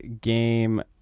game